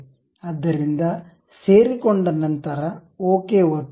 ಆದ್ದರಿಂದ ಸೇರಿಕೊಂಡ ನಂತರ ಓಕೆ ಒತ್ತಿ